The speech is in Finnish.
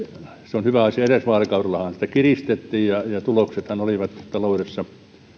on hyvä asia edellisellä vaalikaudellahan sitä kiristettiin ja ja tuloksethan olivat taloudessa